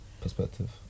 perspective